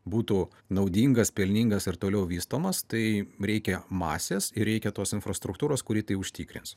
būtų naudingas pelningas ir toliau vystomas tai reikia masės ir reikia tos infrastruktūros kuri tai užtikrins